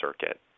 circuit